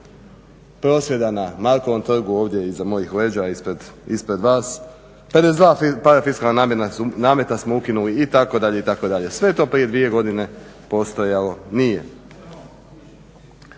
prosvjeda na Markovom trgu ovdje iza mojih leđa, ispred vas, 52 parafiskalna nameta smo ukinuli itd., itd. Sve je to prije dvije godine postojalo nije.